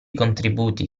contributi